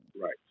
Right